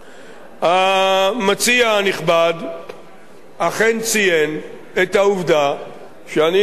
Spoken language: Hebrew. המציע הנכבד אכן ציין את העובדה שאני נוהג בחודשים